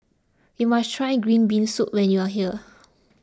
you must try Green Bean Soup when you are here